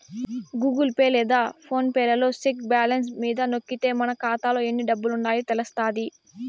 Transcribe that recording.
Google Pay లేదా PhonePe లలో check balance మీద నొక్కితే మన కాతాలో ఎన్ని డబ్బులుండాయో తెలస్తాది